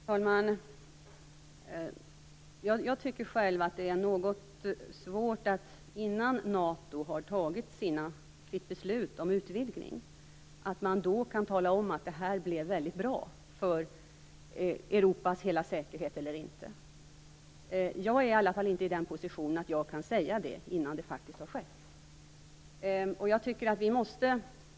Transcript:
Herr talman! Jag tycker själv att det är något svårt att tala om huruvida det här blev bra eller inte för Europas säkerhet innan NATO har fattat beslut om utvidgning. Jag är inte i den positionen att jag kan säga det innan det har skett.